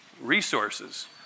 resources